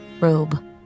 robe